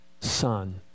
Son